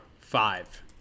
Five